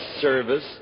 service